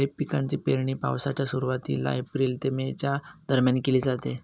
खरीप पिकांची पेरणी पावसाच्या सुरुवातीला एप्रिल ते मे च्या दरम्यान केली जाते